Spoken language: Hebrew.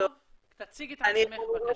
תציגי את עצמך בבקשה.